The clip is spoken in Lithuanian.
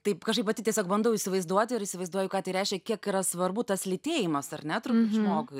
taip kažkaip pati tiesiog bandau įsivaizduoti ir įsivaizduoju ką tai reiškia kiek yra svarbu tas lytėjimas ar ne turbūt žmogui